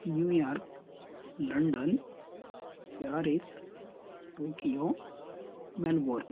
New York London Paris Tokyo Melbourne